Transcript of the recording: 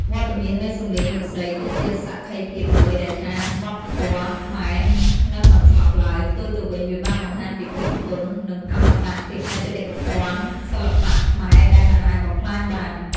វត្តមាននៃសំឡេងលោកស្រីគឺជាសក្ខីភាពមួយដែលថា វប្បធម៌ខ្មែរនឹងមិនស្លាប់ឡើយ ផ្ទុយទៅវិញ វាបានបង្ហាញពី ភាពធន់ និង អមតភាព នៃបេតិកភណ្ឌសិល្បៈខ្មែរដែលមិនអាចបំផ្លាញបាន។